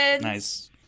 Nice